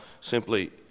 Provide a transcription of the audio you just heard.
simply